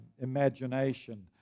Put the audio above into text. imagination